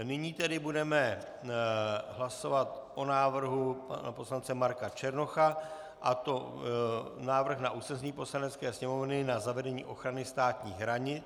A nyní tedy budeme hlasovat o návrhu pana poslance Marka Černocha, a to o návrhu na usnesení Poslanecké sněmovny na zavedení ochrany státních hranic...